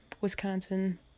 Wisconsin